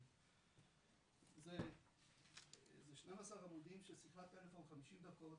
זה 12 עמודים של שיחת טלפון 50 דקות,